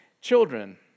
children